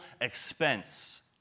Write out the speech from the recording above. expense